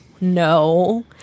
No